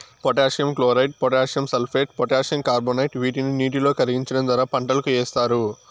potassium chloride, potassium sulphate, potassium carbonate వీటిని నీటిలో కరిగించడం ద్వారా పంటలకు ఏస్తారు